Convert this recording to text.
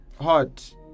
Hot